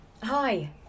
Hi